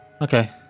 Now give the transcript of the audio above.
Okay